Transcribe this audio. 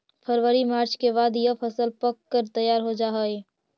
फरवरी मार्च के बाद यह फसल पक कर तैयार हो जा हई